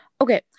okay